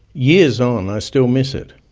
years on, i still miss it.